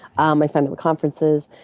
um i find them at conferences.